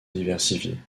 diversifie